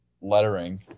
lettering